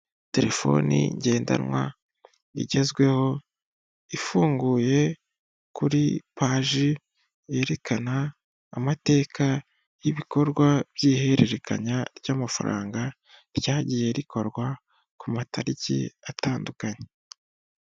Telefoni ngendanwa igezweho, ifunguye kuri paji yerekana amateka y'ibikorwa by'ihererekanya ry'amafaranga, ryagiye rikorwa ku matariki atandukanye.